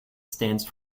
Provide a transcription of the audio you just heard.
stands